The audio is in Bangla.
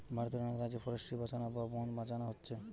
ভারতের অনেক রাজ্যে ফরেস্ট্রি বাঁচানা বা বন বাঁচানা হচ্ছে